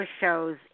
shows